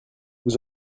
vous